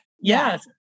Yes